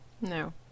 No